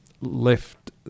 left